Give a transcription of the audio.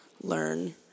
learn